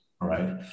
right